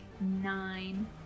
nine